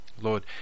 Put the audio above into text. Lord